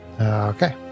okay